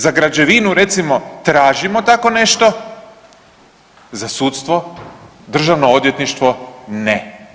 Za građevinu recimo tražimo tako nešto, za sudstvo, Državno odvjetništvo, ne.